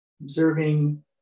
Observing